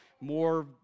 more